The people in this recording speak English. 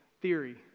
theory